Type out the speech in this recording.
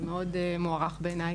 זה מאוד מוערך בעיני.